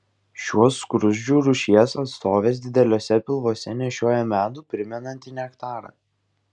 šios skruzdžių rūšies atstovės dideliuose pilvuose nešioja medų primenantį nektarą